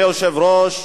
אדוני היושב-ראש,